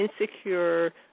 insecure